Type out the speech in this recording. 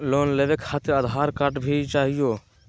Loan लेवे खातिरआधार card भी चाहियो?